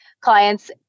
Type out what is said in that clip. clients